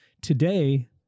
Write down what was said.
today